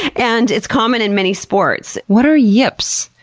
and it's common in many sports. what are yips!